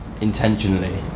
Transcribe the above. intentionally